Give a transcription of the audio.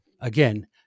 again